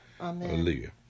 Amen